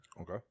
Okay